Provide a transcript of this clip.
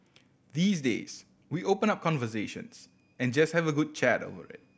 these days we open up conversations and just have a good chat over it